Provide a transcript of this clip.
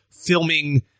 filming